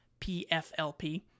PFLP